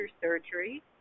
surgery